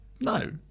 No